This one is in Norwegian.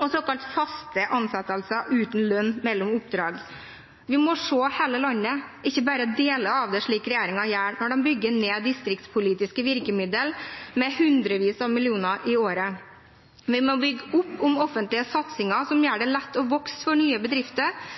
og såkalt faste ansettelser uten lønn mellom oppdrag. Vi må se hele landet, ikke bare deler av det, slik regjeringen gjør når de bygger ned distriktspolitiske virkemidler med hundrevis av millioner i året. Vi må bygge opp om offentlige satsinger som gjør det lett for nye bedrifter